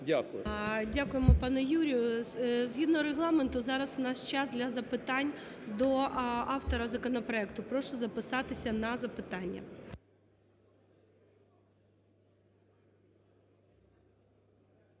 Дякуємо, пане Юрій. Згідно Регламенту зараз у нас час для запитань до автора законопроекту, прошу записатися на запитання.